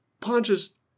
punches